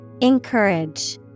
Encourage